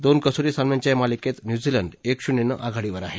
दोन कसोटी सामन्यांच्या या मालिकेत न्यूझीलंड एक शून्यनं आघाडीवर आहे